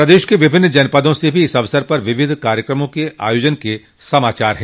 प्रदेश के विभिन्न जनपदों से भी इस अवसर पर विविध कार्यक्रम आयोजित किये जाने के समाचार है